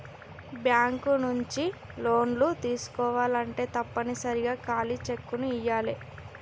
bank నుంచి లోన్లు తీసుకోవాలంటే తప్పనిసరిగా ఖాళీ చెక్కుని ఇయ్యాలే